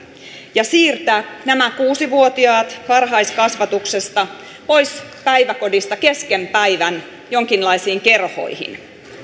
ja siirtää nämä kuusi vuotiaat varhaiskasvatuksesta pois päiväkodista kesken päivän jonkinlaisiin kerhoihin